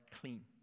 clean